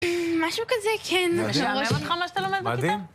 משהו כזה, כן. משעמם אותכם מה שאתה לומד בכיתה? מדהים.